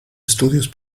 estudios